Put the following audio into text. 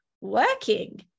working